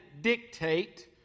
Dictate